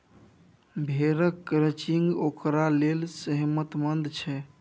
भेड़क क्रचिंग ओकरा लेल सेहतमंद छै